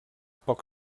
poc